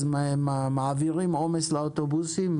אז מעבירים עומס לאוטובוסים,